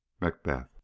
Macbeth